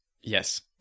Yes